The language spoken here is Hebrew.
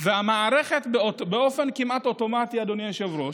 והמערכת באופן כמעט אוטומטי, אדוני היושב-ראש,